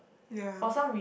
ya